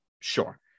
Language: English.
sure